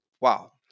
wow